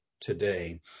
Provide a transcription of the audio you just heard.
today